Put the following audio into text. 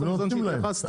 הם לא נותנים להם.